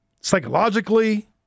psychologically